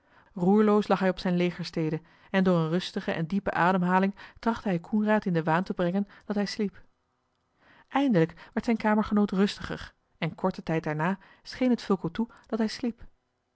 roerloos lag hij op zijne legerstede en door eene rustige en diepe ademhaling trachtte hij coenraad in den waan te brengen dat hij sliep eindelijk werd zijn kamergenoot rustiger en korten tijd daarna scheen het fulco toe dat hij sliep